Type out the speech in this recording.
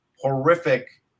horrific